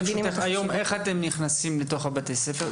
איך אתם נכנסים לתוך בתי הספר?